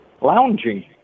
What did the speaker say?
lounging